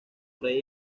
rey